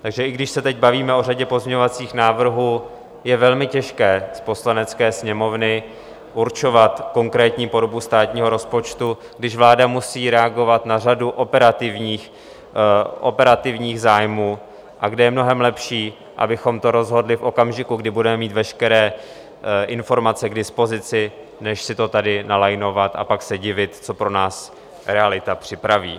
Takže i když se teď bavíme o řadě pozměňovacích návrhů, je velmi těžké z Poslanecké sněmovny určovat konkrétní podobu státního rozpočtu, když vláda musí reagovat na řadu operativních zájmů a kde je mnohem lepší, abychom to rozhodli v okamžiku, kdy budeme mít veškeré informace k dispozici, než si to tady nalajnovat a pak se divit, co pro nás realita připraví.